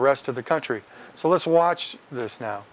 rest of the country so let's watch this now